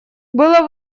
было